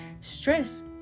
stress